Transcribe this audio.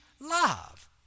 love